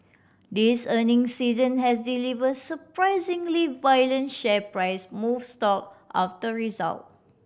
this earning season has delivered surprisingly violent share price move stock after result